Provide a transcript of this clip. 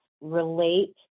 relate